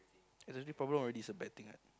attitude problem already is a bad thing right